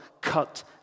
cut